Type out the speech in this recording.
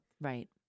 Right